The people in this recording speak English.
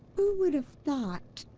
who would have thought?